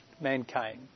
mankind